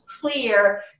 clear